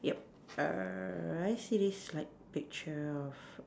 yup err I see this like picture of